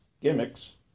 gimmicks